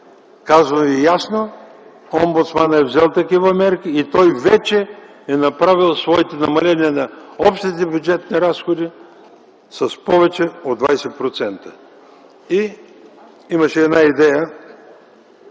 Казвам Ви ясно: омбудсманът е взел такива мерки и той вече е направил своите намаления на общите бюджетни разходи с повече от 20%. Имаше една идея,